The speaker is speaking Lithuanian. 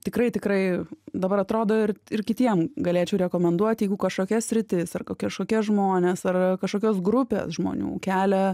tikrai tikrai dabar atrodo ir ir kitiem galėčiau rekomenduoti jeigu kažkokia sritis ar kažkokie žmonės ar kažkokios grupės žmonių kelia